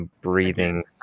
breathing